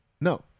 No